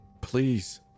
Please